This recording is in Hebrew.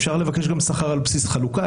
אפשר לבקש גם שכר על בסיס חלוקה,